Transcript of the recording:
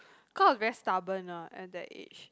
cause I was very stubborn ah at that age